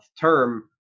term